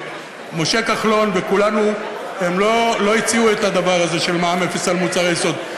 ומשה כחלון וכולנו לא הציעו את הדבר הזה של מע"מ אפס על מוצרי יסוד.